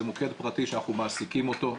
זה מוקד פרטי שאנחנו מעסיקים אותו,